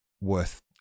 worth